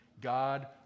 God